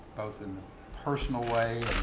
both in the personal way